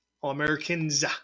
All-Americans